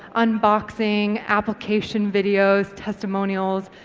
unboxing, application videos, testimonials,